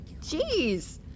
Jeez